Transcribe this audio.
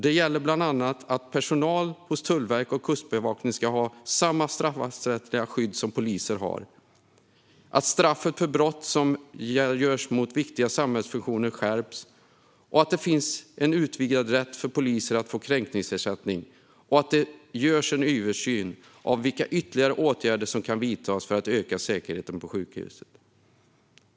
Det gäller bland annat att personal hos Tullverket och Kustbevakningen ska ha samma straffrättsliga skydd som poliser har, att straffet för brott som rör angrepp mot viktiga samhällsfunktioner skärps, att det ska finnas en utvidgad rätt för poliser att få kränkningsersättning och att det görs en översyn av vilka ytterligare åtgärder som kan vidtas för att öka säkerheten på sjukhusen.